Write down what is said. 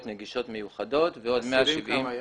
נגישות מיוחדות ועוד 170 --- אסירים כמה היה?